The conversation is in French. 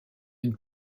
une